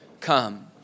come